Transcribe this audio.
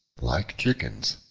like chickens,